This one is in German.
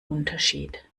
unterschied